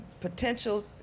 potential